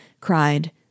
cried